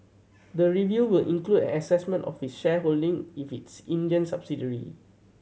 the review will include assessment of its shareholding if its Indian subsidiary